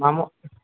মামো